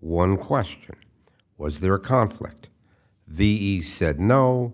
one question was there a conflict the said no